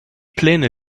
pläne